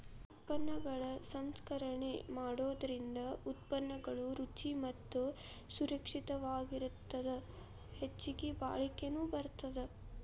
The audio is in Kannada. ಉತ್ಪನ್ನಗಳ ಸಂಸ್ಕರಣೆ ಮಾಡೋದರಿಂದ ಉತ್ಪನ್ನಗಳು ರುಚಿ ಮತ್ತ ಸುರಕ್ಷಿತವಾಗಿರತ್ತದ ಹೆಚ್ಚಗಿ ಬಾಳಿಕೆನು ಬರತ್ತದ